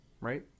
right